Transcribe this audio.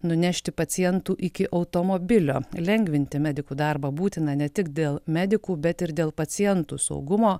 nunešti pacientų iki automobilio lengvinti medikų darbą būtina ne tik dėl medikų bet ir dėl pacientų saugumo